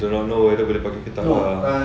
don't know whether boleh pakai ke tak